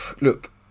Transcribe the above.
Look